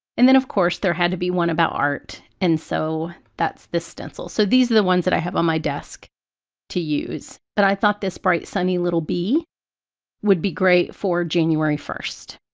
and then of course there had to be one about art and so that's this stencil, so these are the ones that i have on my desk to use but i thought this bright sunny little bee would be great for january first.